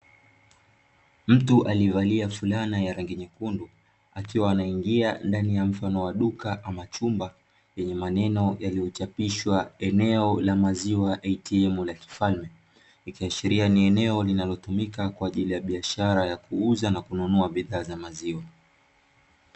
Mtu aliyevalia fulana ya rangi nyekundu akiwa anaingia ndani ya mfano wa duka ama chumba yenye maneno yaliyochapishwa eneo la maziwa "ATM" la kifalme .Ikihashiria ni eneo linalotumika kwaajili ya biashara ya kuuza na kununua bidhaa za maziwa .